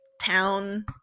town